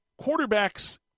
quarterbacks